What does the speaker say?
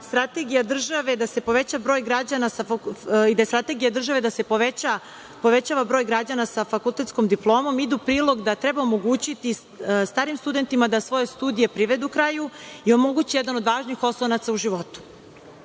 strategija države da se poveća broj građana sa fakultetskom diplomom, to ide u prilog da treba omogućiti starim studentima da svoje studije privredu kraju i omoguće jedan od važnih oslonaca u životu. Mnogi